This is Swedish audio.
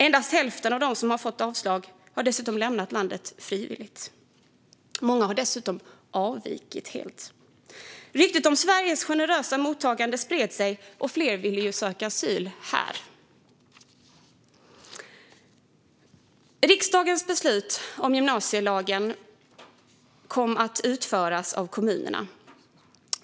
Endast hälften av dem som har fått avslag har dessutom lämnat landet frivilligt. Många har dessutom avvikit helt. Ryktet om Sveriges generösa mottagande spred sig, och fler ville söka asyl här. Riksdagens beslut om gymnasielagen kom att utföras av kommunerna.